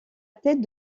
tête